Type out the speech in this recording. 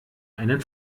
einen